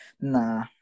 Nah